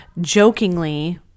jokingly